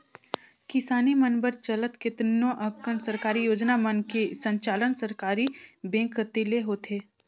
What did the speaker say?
किसानी मन बर चलत केतनो अकन सरकारी योजना मन के संचालन सहकारी बेंक कति ले होथे